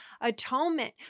Atonement